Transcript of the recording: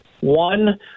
One